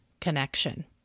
connection